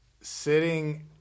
sitting